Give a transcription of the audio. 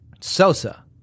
Sosa